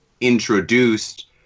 introduced